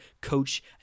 coach